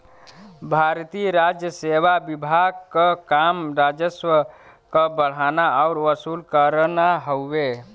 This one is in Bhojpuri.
भारतीय राजसेवा विभाग क काम राजस्व क बढ़ाना आउर वसूल करना हउवे